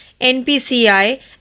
NPCI